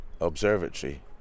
observatory